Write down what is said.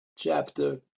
Chapter